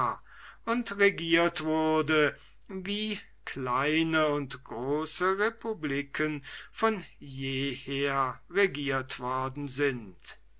und regieret wurde wie kleine republiken von je her regieret worden sind